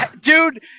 Dude